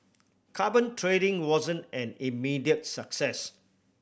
carbon trading wasn't an immediate success